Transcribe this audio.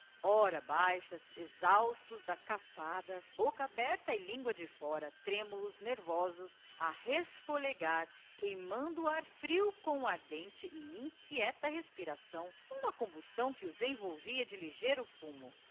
ora baixas exhaustos da caçada bocca aberta e lingua de fora trémulos nervosos a resfolegar queimando o ar frio com ardente e inquieta respiração n'uma combustão que os envolvia de ligeiro fumo o